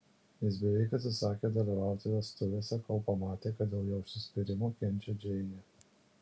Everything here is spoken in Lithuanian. jis beveik atsisakė dalyvauti vestuvėse kol pamatė kad dėl jo užsispyrimo kenčia džeinė